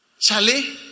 Charlie